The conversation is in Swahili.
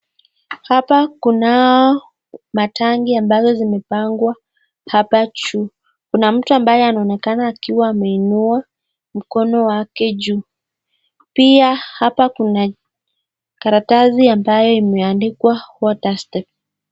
Hapa kunao matangi ambazo zimepangwa hapa juu. Kuna mtu anaonekana kuwa ameinua mkono wake juu. Pia hapa kuna karatasi ambayo imeandikwa water step .